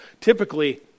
Typically